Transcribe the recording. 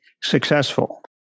successful